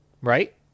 Right